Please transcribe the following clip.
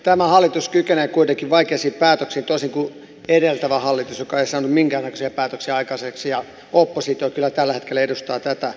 tämä hallitus kykenee kuitenkin vaikeisiin päätöksiin toisin kuin edeltävä hallitus joka ei saanut minkään näköisiä päätöksiä aikaiseksi ja oppositio kyllä tällä hetkellä edustaa tätä ryhmää